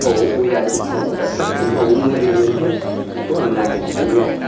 मबाव अजा दं मबाव ड'क्टार दं मबाव मुलि मोनगोन बेखौ आं नागिरखायो आरो